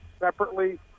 separately